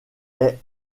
est